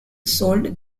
sold